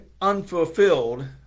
unfulfilled